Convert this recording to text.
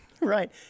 Right